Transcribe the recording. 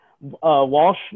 Walsh